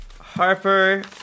Harper